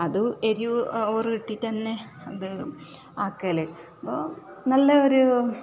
അത് എരിവ് ഓവർ ഇട്ടിട്ട് തന്നെ എന്ത് ആക്കല് അപ്പോൾ നല്ലോര്